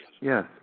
Yes